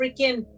freaking